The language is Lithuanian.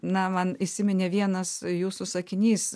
na man įsiminė vienas jūsų sakinys